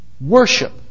worship